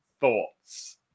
Thoughts